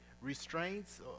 restraints